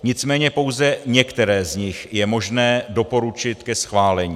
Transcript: Nicméně pouze některé z nich je možné doporučit ke schválení.